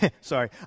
Sorry